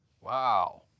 Wow